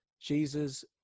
Jesus